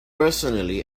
personally